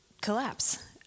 collapse